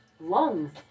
lungs